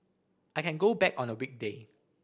I can go back on a weekday